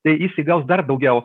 tai jis įgaus dar daugiau